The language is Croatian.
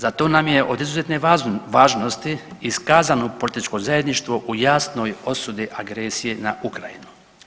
Zato nam je od izuzetne važnosti iskazano političko zajedništvo u jasnoj osudi agresije na Ukrajinu.